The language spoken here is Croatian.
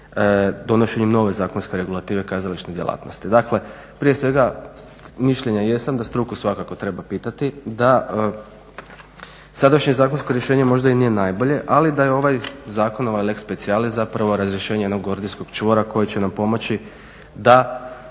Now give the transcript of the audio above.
donošenjem nove zakonske regulative kazališnih djelatnosti. Dakle, prije svega mišljenja jesam da struku svakako treba pitati, da sadašnje zakonsko rješenje možda i nije najbolje, ali da je ovaj zakon, ovaj lex specialis zapravo razrješenje onog gordijskog čuvara koji će nam pomoći da,